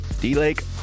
D-Lake